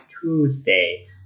Tuesday